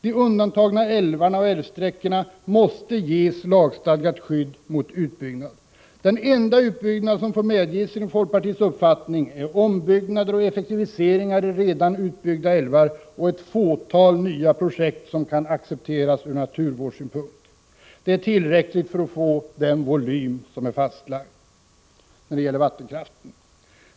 De undantagna älvarna och älvsträckorna måste ges lagstadgat skydd mot utbyggnad. Den enda utbyggnad som får medges enligt folkpartiets uppfattning är ombyggnader och effektiviseringar av redan utbyggda älvar och ett fåtal nya projekt som kan accepteras ur naturvårdssynpunkt. Det är tillräckligt för att få den volym som är fastlagd för vattenkraften.